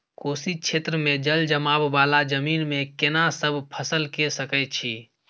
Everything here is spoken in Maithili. कोशी क्षेत्र मे जलजमाव वाला जमीन मे केना सब फसल के सकय छी?